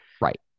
Right